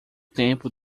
tempo